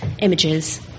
images